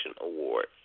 award